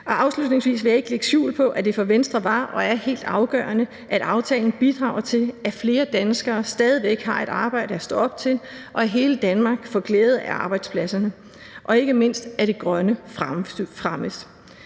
Afslutningsvis vil jeg ikke lægge skjul på, at det for Venstre var og er helt afgørende, at aftalen bidrager til, at flere danskere stadig væk har et arbejde at stå op til, at hele Danmark får glæde af arbejdspladserne, og ikke mindst, at det grønne fremmes